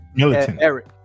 eric